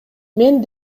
мен